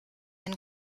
ein